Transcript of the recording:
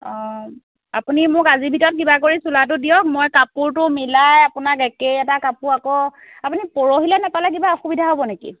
অঁ আপুনি মোক আজিৰ ভিতৰত কিবা কৰি চোলাটো দিয়ক মই কাপোৰটো মিলাই আপোনাক একেই এটা কাপোৰ আকৌ আপুনি পৰহিলে নাপালে কিবা অসুবিধা হ'ব নেকি